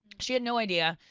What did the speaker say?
she had no idea,